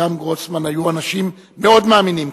וגם גרוסמן היו אנשים מאוד מאמינים,